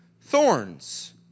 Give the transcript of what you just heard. Thorns